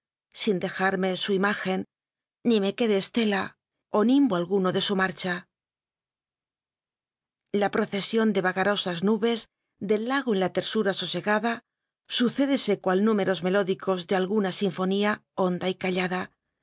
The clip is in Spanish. sin dejarme su imagen ni me quede estela ó nimbo alguno de su marcha la procesión de vagarosas nubes del lago en la tersura sosegada sucédese cual números melódicos de alguna sinfonía honda y callada